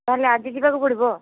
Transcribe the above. ତା'ହେଲେ ଆଜି ଯିବାକୁ ପଡ଼ିବ